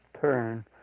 turn